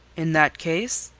in that case,